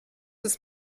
ist